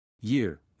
Year